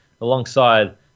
alongside